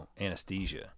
anesthesia